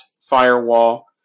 firewall